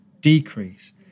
decrease